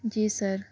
جی سر